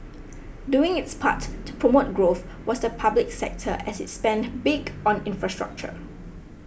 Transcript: doing its part to promote growth was the public sector as it spent big on infrastructure